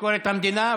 ביקורת המדינה.